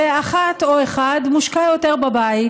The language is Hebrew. ואחת או אחד מושקע יותר בבית,